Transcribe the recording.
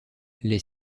les